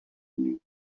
nuit